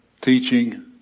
teaching